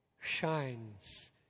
shines